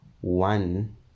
one